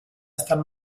estan